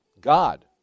God